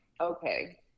okay